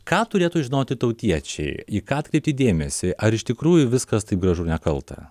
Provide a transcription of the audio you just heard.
ką turėtų žinoti tautiečiai į ką atkreipti dėmesį ar iš tikrųjų viskas taip gražu ir nekalta